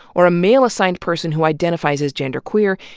or a male-assigned person who identifies as genderqueer,